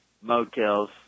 motels